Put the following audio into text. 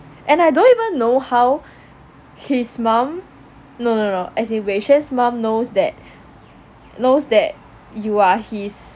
and I don't even know how his mum no no no as in wei xuan's mum know that knows that you are his